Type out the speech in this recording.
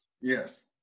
Yes